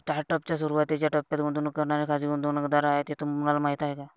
Startup च्या सुरुवातीच्या टप्प्यात गुंतवणूक करणारे खाजगी गुंतवणूकदार आहेत हे तुम्हाला माहीत आहे का?